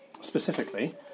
Specifically